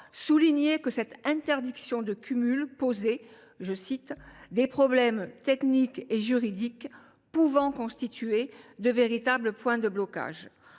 soulignait en 2023 que cette interdiction de cumul posait des « problèmes techniques et juridiques [pouvant] constituer de véritables points de blocages ».